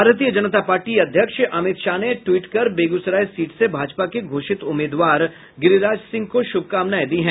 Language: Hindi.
भारतीय जनता पार्टी अध्यक्ष अमित शाह ने ट्वीट कर बेगूसराय सीट से भाजपा के घोषित उम्मीदवार गिरिराज सिंह को शुभकामनाएं दी हैं